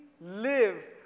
live